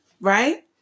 right